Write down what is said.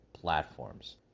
platforms